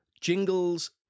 Jingles